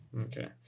Okay